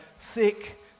thick